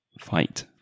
fight